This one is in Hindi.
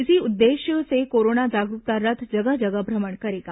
इसी उद्देश्य से कोरोना जागरूकता रथ जगह जगह भ्रमण करेगा